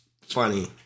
funny